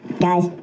Guys